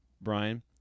Brian